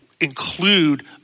include